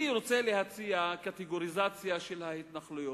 אני רוצה להציע קטגוריזציה של ההתנחלויות.